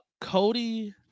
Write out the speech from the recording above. Cody